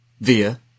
via